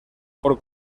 por